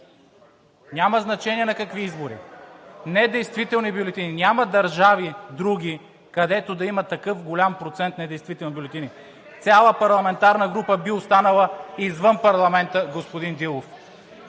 Няма значение на какви избори. Недействителни бюлетини! Няма други държави, където да има такъв голям процент недействителни бюлетини. (Реплики от ГЕРБ-СДС.) Цяла парламентарна група би останала извън парламента, господин Дилов!